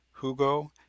Hugo